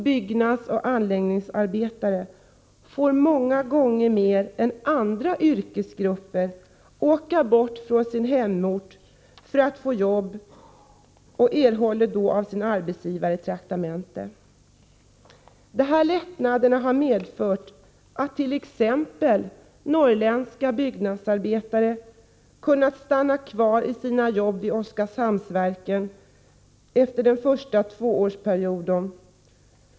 Byggnadsoch anläggningsarbetarna får många gånger — oftare än andra yrkesgrupper — resa bort från sin hemort för att få jobb och erhåller då av sin arbetsgivare traktamente. Dessa lättnader har medfört att t.ex. norrländska byggnadsarbetare kunnat stanna kvar i sina jobb vid Oskarhamnsverket efter den första tvåårsperioden.